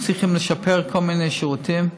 הם צריכים לשפר כל מיני שירותים,